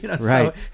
Right